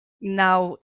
now